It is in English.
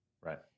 Right